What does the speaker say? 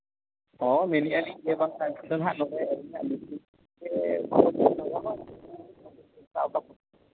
ᱦᱚᱸ ᱢᱮᱱᱮᱜᱼᱟ ᱞᱤᱧ